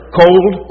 cold